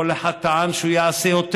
וכל אחד טען שהוא יעשה יותר,